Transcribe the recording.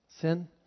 Sin